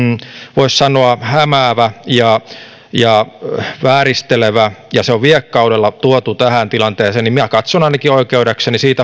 voisi sanoa hämäävä ja ja vääristelevä ja se on viekkaudella tuotu tähän tilanteeseen niin minä ainakin katson oikeudekseni siitä